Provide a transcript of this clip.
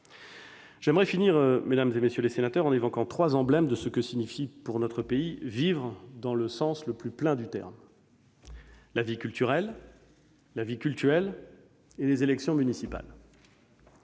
Je finirai, mesdames, messieurs les sénateurs, en évoquant trois emblèmes de ce que signifie, pour notre pays, « vivre » dans le sens le plus plein du terme : la vie culturelle, la vie cultuelle et les élections municipales.